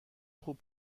خوب